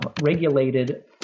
regulated